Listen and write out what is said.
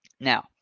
Now